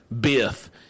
Biff